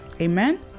Amen